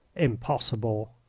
impossible!